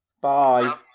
Bye